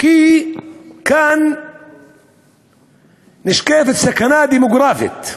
כי כאן נשקפת סכנה דמוגרפית.